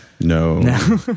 no